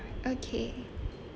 okay